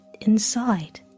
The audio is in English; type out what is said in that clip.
inside